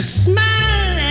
smile